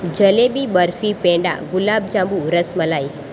jalebi barfi peda gulab jamun rasmalai